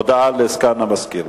הודעה לסגן המזכיר.